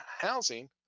housing